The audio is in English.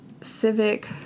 civic